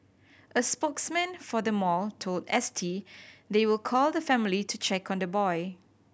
a spokesman for the mall told S T they will call the family to check on the boy